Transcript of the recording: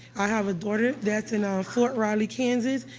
i have a daughter that's in, ah, fort riley, kansas.